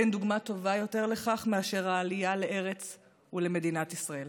ואין דוגמה טובה יותר לכך מאשר העלייה לארץ ולמדינת ישראל.